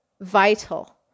vital